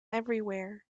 everywhere